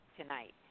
Tonight